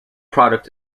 product